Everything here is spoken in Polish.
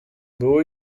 było